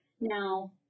Now